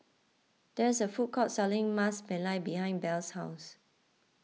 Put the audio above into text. there is a food court selling Ras Malai behind Belle's house